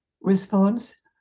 response